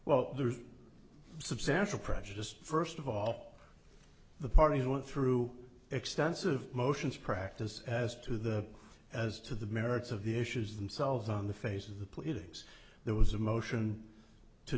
well there's substantial prejudiced first of all the parties went through extensive motions practice as to the as to the merits of the issues themselves on the face of the pleadings there was a motion to